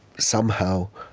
somehow,